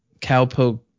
cowpoke